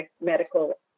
medical